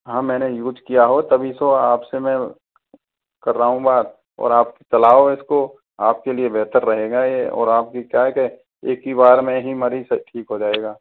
हाँ मैंने यूज़ किया है तभी तो आपसे मैं कर रहा हूँ बात और आप चलाओ इसको आपके लिए बेहतर रहेगा ये तो आप भी क्या है कि एक बार में ही मरीज ठीक हो जाएंगा